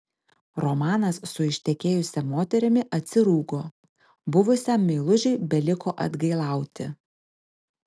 romanas su ištekėjusia moterimi atsirūgo buvusiam meilužiui beliko atgailauti